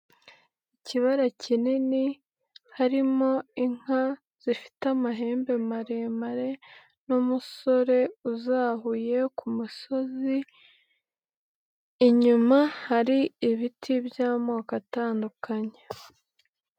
Ikibara kinini harimo inka zifite amahembe maremare n'umusore uzahuye ku musozi, inyuma hari ibiti by'amoko atandukanye.